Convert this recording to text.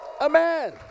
Amen